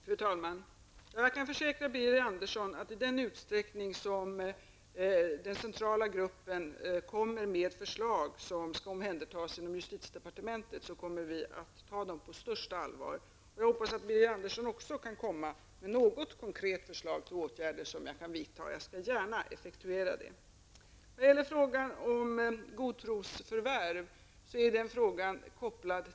Fru talman! Jag kan försäkra Birger Andersson att vi i justitiedepartementet kommer att ta förslag från den centrala gruppen på största allvar. Jag hoppas att Birger Andersson också kan komma med något konkret förslag till åtgärder som jag kan vidta. Jag skall gärna effektuera dem. Frågan om godtrosförvärv är kopplad till frågan om häleri.